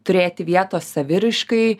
turėti vietos saviraiškai